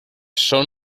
són